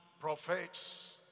prophets